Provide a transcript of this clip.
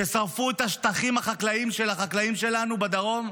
ששרפו את השטחים החקלאיים של החקלאים שלנו בדרום?